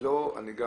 תיכף